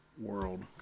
world